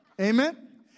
Amen